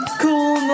cool